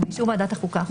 ובאישור ועדת החוקה,